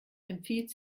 empfiehlt